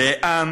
לאן